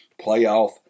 playoff